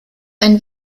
ein